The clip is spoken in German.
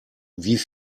wie